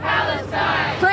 Palestine